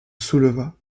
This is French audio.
souleva